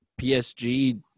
PSG